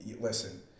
listen